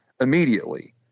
immediately